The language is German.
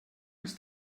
ist